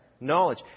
Knowledge